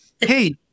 hey